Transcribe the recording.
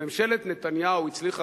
ממשלת נתניהו הצליחה